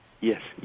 yes